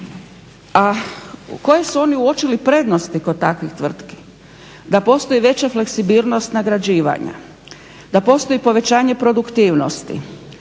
A koje su oni uočili prednosti kod takvih tvrtki? Da postoji veća fleksibilnost nagrađivanja, da postoji povećanje produktivnosti,